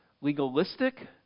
legalistic